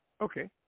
Okay